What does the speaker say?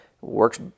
works